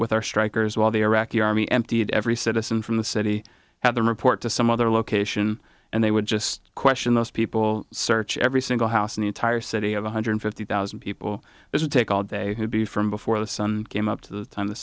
with our strikers while the iraqi army emptied every citizen from the city at the report to some other location and they would just question those people search every single house in the entire city of one hundred fifty thousand people it would take all day who'd be from before the sun came up to the time the